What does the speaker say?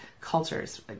cultures